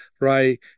right